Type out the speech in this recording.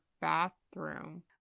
bathroom